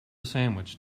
sandwich